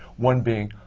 one being